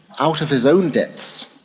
out of his own depths,